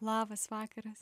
labas vakaras